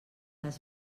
les